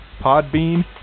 Podbean